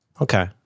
Okay